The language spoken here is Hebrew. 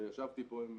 שישבתי פה עם